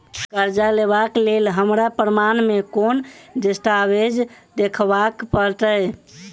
करजा लेबाक लेल हमरा प्रमाण मेँ कोन दस्तावेज देखाबऽ पड़तै?